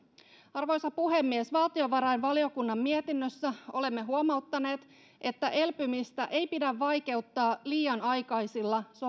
arvoisa puhemies valtiovarainvaliokunnan mietinnössä olemme huomauttaneet että elpymistä ei pidä vaikeuttaa liian aikaisilla